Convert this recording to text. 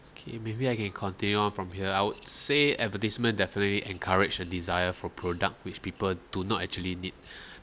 okay maybe I can continue on from here I would say advertisement definitely encourage a desire for product which people do not actually need